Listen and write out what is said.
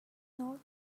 not